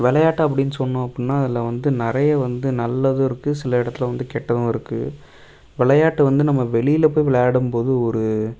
விளையாட்டு அப்படின்னு சொன்னோம் அப்புடின்னா அதில் வந்து நிறைய வந்து நல்லதும் இருக்குது சில இடத்துல வந்து கெட்டதும் இருக்குது விளையாட்டு வந்து நம்ம வெளியில் போய் விளையாடும் போது ஒரு